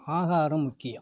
ஆகாரம் முக்கியம்